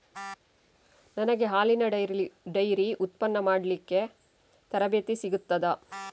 ನನಗೆ ಹಾಲಿನ ಡೈರಿ ಉತ್ಪನ್ನ ಮಾಡಲಿಕ್ಕೆ ತರಬೇತಿ ಸಿಗುತ್ತದಾ?